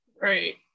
Right